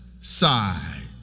side